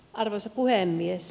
arvoisa puhemies